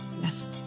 Yes